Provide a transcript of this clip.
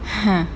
!huh!